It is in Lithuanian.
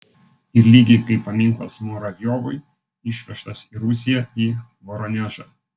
ir lygiai kaip paminklas muravjovui išvežtas į rusiją į voronežą